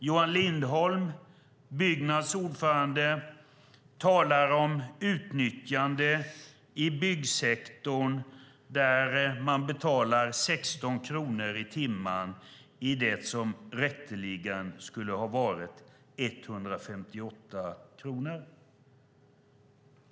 Johan Lindholm, Byggnads ordförande, talar om utnyttjande i byggsektorn där man betalar 16 kronor i timmen när det rätteligen skulle ha varit 158 kronor.